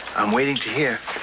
i'm waiting to hear.